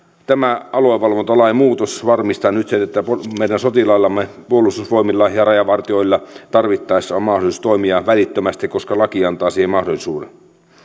tämä aluevalvontalain muutos varmistaa nyt sen että meidän sotilaillamme puolustusvoimilla ja rajavartijoilla tarvittaessa on mahdollisuus toimia välittömästi koska laki antaa siihen mahdollisuuden